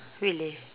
really